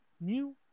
new